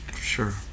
sure